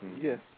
Yes